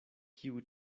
kiu